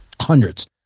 Hundreds